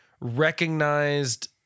recognized